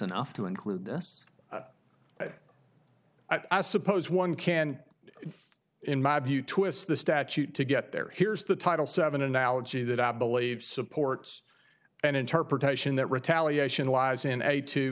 enough to include us i suppose one can in my view twists the statute to get there here's the title seven analogy that i believe supports an interpretation that retaliation lies in a two